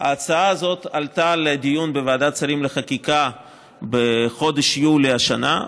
ההצעה הזאת עלתה לדיון בוועדת שרים לחקיקה בחודש יולי השנה.